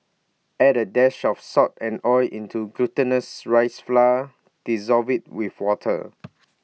add A dash of salt and oil into the glutinous rice flour dissolve IT with water